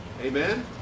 amen